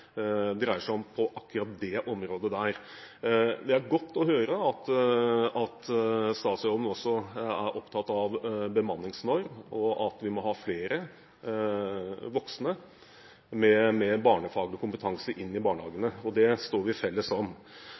egentlig dreier seg om på akkurat det området. Det er godt å høre at statsråden også er opptatt av bemanningsnorm, og at vi må ha flere voksne med barnefaglig kompetanse inn i barnehagene. Det står vi sammen om.